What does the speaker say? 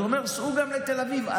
אז הוא אומר: סעו גם לתל אביב,